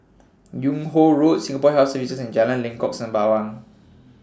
Yung Ho Road Singapore Health Services and Jalan Lengkok Sembawang